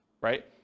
right